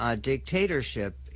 dictatorship